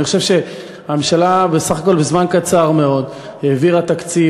אני חושב שהממשלה בסך הכול בזמן קצר מאוד העבירה תקציב